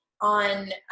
on